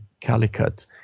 Calicut